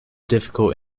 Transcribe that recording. difficult